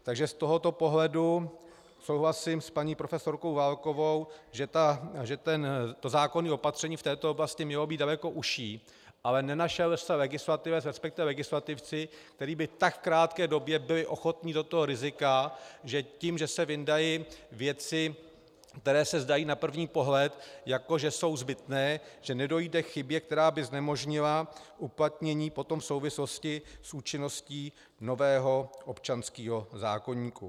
Takže z tohoto pohledu souhlasím s paní profesorkou Válkovou, že to zákonné opatření v této oblasti mělo být daleko užší, ale nenašel se legislativec, resp. legislativci, kteří by v tak krátké době byli ochotní jít do rizika, že tím, že se vyndají věci, které se zdají na první pohled, jako že jsou zbytné, že nedojde k chybě, která by znemožnila uplatnění potom souvislosti s účinností nového občanského zákoníku.